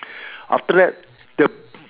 after that the